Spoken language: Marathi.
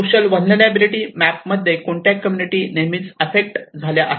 सोशल व्हलनेरलॅबीलीटी मॅप मध्ये कोणत्या कम्युनिटी नेहमीच अफेक्ट झाल्या आहेत